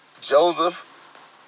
Joseph